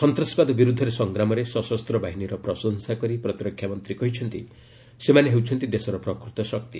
ସନ୍ତାସବାଦ ବିରୁଦ୍ଧରେ ସଂଗ୍ରାମରେ ସଶସ୍ତ ବାହିନୀର ପ୍ରଶଂସା କରି ପ୍ରତିରକ୍ଷାମନ୍ତ୍ରୀ କହିଛନ୍ତି ସେମାନେ ହେଉଛନ୍ତି ଦେଶର ପ୍ରକୃତ ଶକ୍ତି